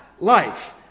life